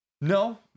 No